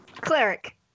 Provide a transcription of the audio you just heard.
Cleric